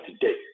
today